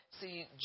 See